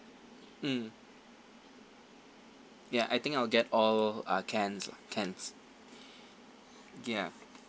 mm ya I think I'll get all uh cans lah cans ya